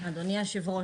אדוני היו"ר,